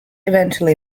eventually